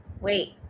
Wait